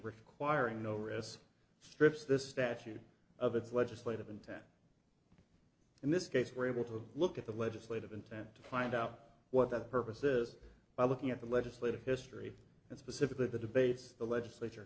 requiring no risk strips this statute of its legislative intent in this case we're able to look at the legislative intent to find out what that purpose is by looking at the legislative history and specifically the debates the legislature